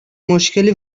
مشکلی